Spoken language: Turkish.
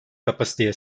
kapasiteye